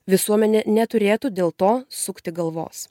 visuomenė neturėtų dėl to sukti galvos